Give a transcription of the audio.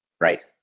Right